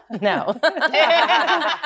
No